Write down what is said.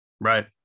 Right